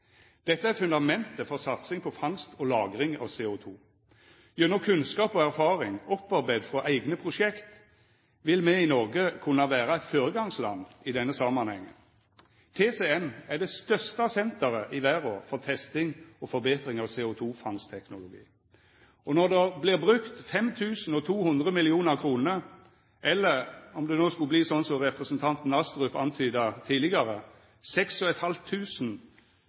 Dette er fundamentet for satsing på fangst og lagring av CO2. Gjennom kunnskap og erfaring opparbeidd frå eigne prosjekt vil me i Noreg kunna vera eit føregangsland i denne samanhengen. TCM er det største senteret i verda for testing og forbetring av CO2-fangstteknologi. Når det no vert brukt 5 200 mill. kr – eller om det no skulle verta sånn som representanten Astrup antyda tidlegare: